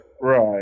Right